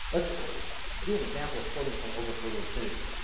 let's do an example of floating-point overflow to infinity.